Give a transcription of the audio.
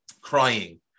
crying